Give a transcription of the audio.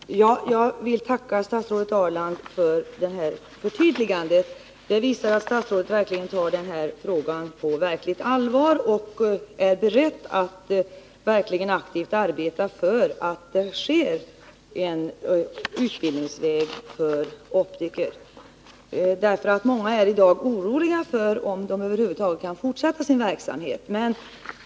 Herr talman! Jag vill tacka statsrådet Ahrland för det här förtydligandet. Det visar att statsrådet tar frågan på verkligt allvar och är beredd att aktivt arbeta för att det anordnas en utbildningsväg för optiker. Många är i dag oroliga för om de över huvud taget kan fortsätta sin verksamhet.